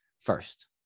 first